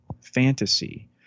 fantasy